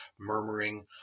murmuring